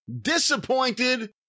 disappointed